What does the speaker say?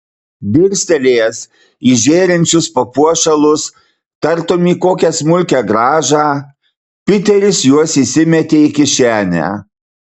dirstelėjęs į žėrinčius papuošalus tartum į kokią smulkią grąžą piteris juos įsimetė į kišenę